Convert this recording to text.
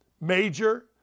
Major